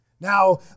Now